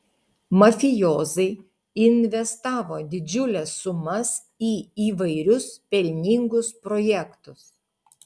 mafijozai investavo didžiules sumas į įvairius pelningus projektus